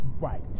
Right